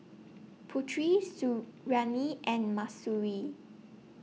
Putri Suriani and Mahsuri